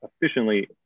efficiently